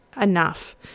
enough